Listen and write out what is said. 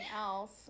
else